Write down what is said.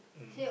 mm